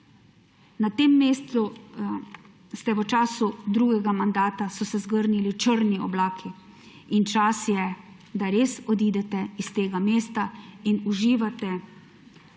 Na tem mestu so se v času drugega mandata zgrnili črni oblaki in čas je, da res odidete s tega mesta in uživate sad